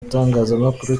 itangazamakuru